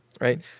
Right